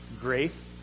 grace